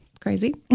Crazy